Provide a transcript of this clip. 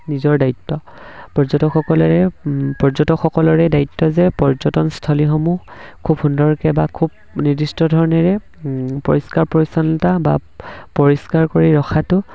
নিজৰ দায়িত্ব পৰ্যটকসকলেৰে পৰ্যটকসকলৰে দায়িত্ব যে পৰ্যটনস্থলীসমূহ খুব সুন্দৰকে বা খুব নিৰ্দিষ্ট ধৰণেৰে পৰিষ্কাৰ পৰিচ্ছনতা বা পৰিষ্কাৰ কৰি ৰখাটো